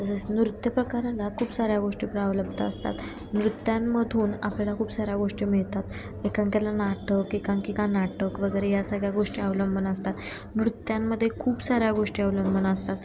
तसेच नृत्यप्रकाराला खूप साऱ्या गोष्टी प्रावलब्द असतात नृत्यांमधून आपल्याला खूप साऱ्या गोष्टी मिळतात एखाद्याला नाटक एकांकिका नाटक वगैरे या सगळ्या गोष्टी अवलंबून असतात नृत्यांमध्ये खूप साऱ्या गोष्टी अवलंबून असतात